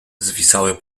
zwisały